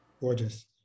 Gorgeous